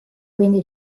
quindi